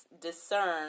discern